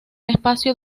espacio